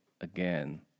again